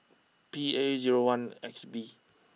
P A zero one X B